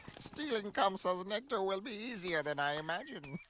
stealing kamsa's nectar will be easier than i imagined.